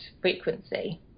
frequency